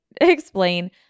explain